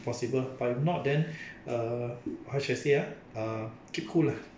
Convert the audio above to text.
possible but if not then uh how should I say ah uh keep cool lah